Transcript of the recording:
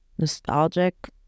nostalgic